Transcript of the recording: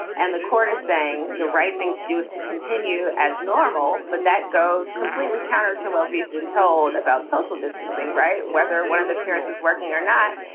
and the court is saying the right thing to do is to continue as normal. but that goes completely counter to what we've been told about social distancing. right. whether one of the parents is working or not.